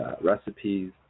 recipes